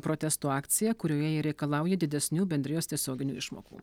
protesto akcija kurioje jie reikalauja didesnių bendrijos tiesioginių išmokų